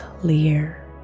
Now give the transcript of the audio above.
clear